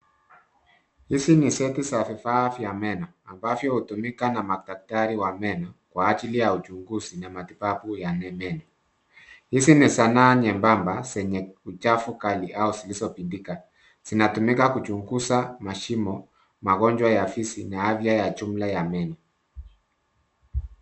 Hizi ni seti za vifaa vya meno ambavyo hutumiika na madaktari wa meno kwa ajili ya uchunguzi na matibabu ya meno. Hizi ni sanaa nyembamba zenye uchafu kali au zilizo pindika, zinatumika kuchunguza mashimo, magonjwa ya fizi na afya ya jumla ya meno.